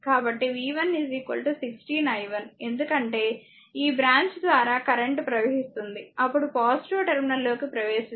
కాబట్టి v 1 16 i1 ఎందుకంటే ఈ బ్రాంచ్ ద్వారా కరెంట్ ప్రవహిస్తుంది అప్పుడు పాజిటివ్ టెర్మినల్ లోకి ప్రవేశిస్తుంది